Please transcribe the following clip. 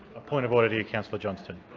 point of order to you, councillor johnston.